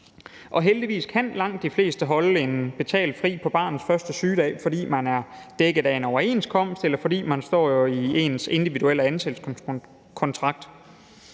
Og heldigvis kan langt de fleste holde betalt fri på barnets første sygedag, fordi de er dækket af en overenskomst, eller fordi det står i deres individuelle ansættelseskontrakt.